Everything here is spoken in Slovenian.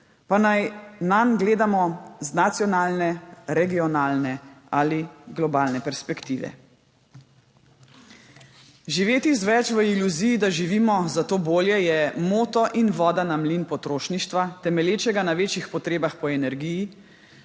pa naj nanj gledamo z nacionalne, regionalne ali globalne perspektive. Živeti z več v iluziji, da živimo zato bolje, je moto in voda na mlin potrošništva, temelječega na večjih potrebah po energiji,